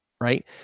Right